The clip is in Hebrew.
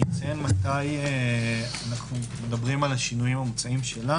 אציין מתי אנחנו מדברים על השינויים המוצעים שלנו.